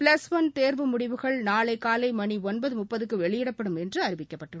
plus one தேர்வு முடிவுகள் நாளை காலை மணி ஒன்பது முப்பதுக்கு வெளியிடப்படும் என்று அறிவிக்கப்பட்டுள்ளது